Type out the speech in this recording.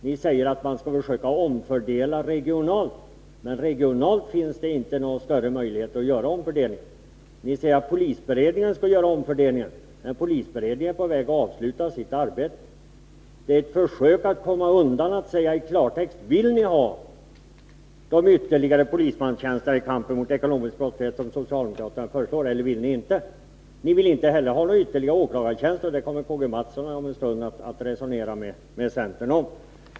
Ni säger att man skall försöka omfördela regionalt. Men regionalt finns det inte någon möjlighet att göra en omfördelning. Ni säger att polisberedningen skall göra omfördelningen. Men polisberedningen är på väg att avsluta sitt arbete. Det är ett försök från er sida att slippa tala i klartext. Vill ni ha de ytterligare polismanstjänsterna i kampen mot ekonomisk brottslighet som socialdemokraterna föreslår, eller vill ni inte? Ni vill inte heller ha ytterligare åklagartjänster. Det kommer Karl-Gustaf Mathsson om en stund att resonera med centern om.